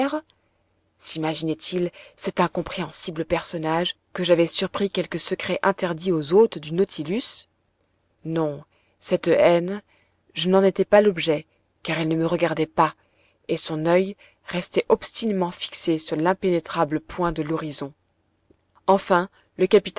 simaginait il cet incompréhensible personnage que j'avais surpris quelque secret interdit aux hôtes du nautilus non cette haine je n'en étais pas l'objet car il ne me regardait pas et son oeil restait obstinément fixé sur l'impénétrable point de l'horizon enfin le